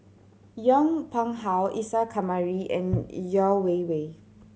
Yong Pung How Isa Kamari and Yeo Wei Wei